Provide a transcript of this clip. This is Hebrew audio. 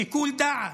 שיקול דעת,